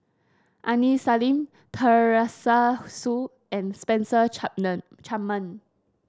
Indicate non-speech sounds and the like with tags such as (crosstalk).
Aini Salim Teresa Hsu and Spencer (unintelligible) Chapman